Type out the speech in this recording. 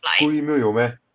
school email 有 meh